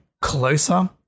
closer